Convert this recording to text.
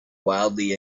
wildly